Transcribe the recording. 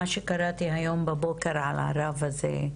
מה שקראתי היום בבוקר על הרב הזה,